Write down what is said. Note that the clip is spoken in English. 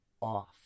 off